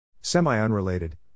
Semi-unrelated